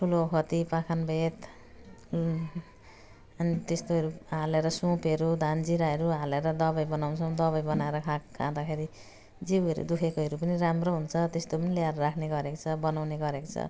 ठुलो ओखती पाखनबेत अनि त्यस्तोहरू हालेर सोपहरू धानजिराहरू हालेर दबाई बनाउँछौँ दबाई बनाएर खाँ खाँदाखेरि जिउहरू दुःखेकोहरू पनि राम्रो हुन्छ त्यस्तो पनि ल्याएर राख्ने गरेको छ बनाउने गरेको छ